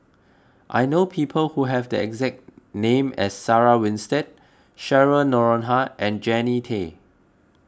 I know people who have the exact name as Sarah Winstedt Cheryl Noronha and Jannie Tay